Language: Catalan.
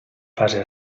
fase